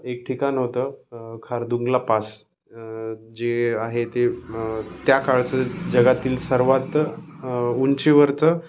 एक ठिकाण होतं खारदुंगला पास जे आहे ते त्या काळच जगातील सर्वात उंचीवरचं